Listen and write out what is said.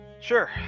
sure